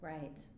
Right